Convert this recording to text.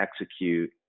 execute